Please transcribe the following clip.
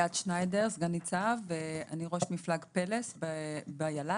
אני סגן ניצב ואני ראש מפלג פל"ס ביאל"כ,